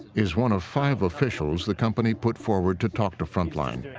is one of five officials the company put forward to talk to frontline.